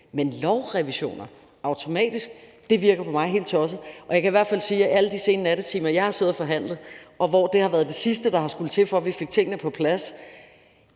lovrevision? Det virker for mig helt tosset. Jeg kan i hvert fald sige, at i alle de sene nattetimer, jeg har siddet og forhandlet, og hvor det har været det sidste, der skulle til, for at vi fik tingene på plads,